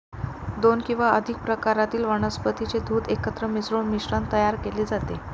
दोन किंवा अधिक प्रकारातील वनस्पतीचे दूध एकत्र मिसळून मिश्रण तयार केले जाते